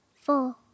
four